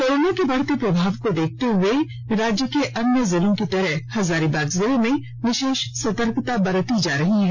corona के बढ़ते प्रभाव को देखते हुए राज्य की अन्य जिलों की तरह हजारीबाग जिले में विशेष सतर्कता बरती जा रही है